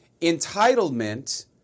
entitlement